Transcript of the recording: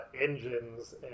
engines